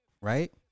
Right